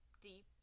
deep